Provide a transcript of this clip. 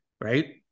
right